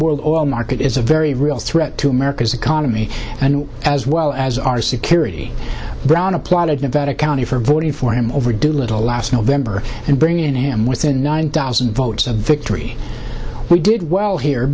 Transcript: world oil market is a very real threat to america's economy and as well as our security brown applauded nevada county for voting for him over doolittle last november and bringing him within nine thousand votes a victory we did well here